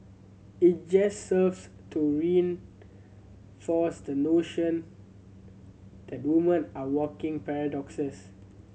it just serves to reinforce the notion that woman are walking paradoxes